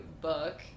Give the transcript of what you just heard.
book